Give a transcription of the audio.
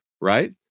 right